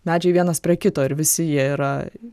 medžiai vienas prie kito ir visi jie yra